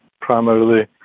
primarily